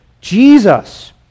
Jesus